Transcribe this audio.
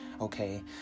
Okay